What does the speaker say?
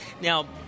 Now